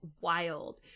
Wild